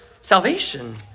salvation